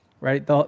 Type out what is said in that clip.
right